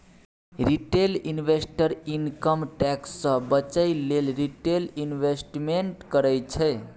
retail investor income tax सँ बचय लेल रिटेल इंवेस्टमेंट करय छै